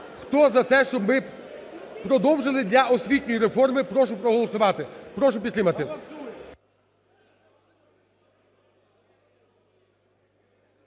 Хто за те, щоб продовжили для освітньої реформи, прошу проголосувати. Прошу підтримати.